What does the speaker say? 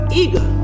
eager